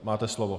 Máte slovo.